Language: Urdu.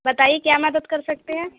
بتائیے کیا مدد کر سکتے ہیں